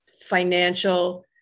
financial